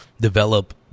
develop